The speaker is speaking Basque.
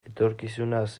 etorkizunaz